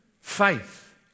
Faith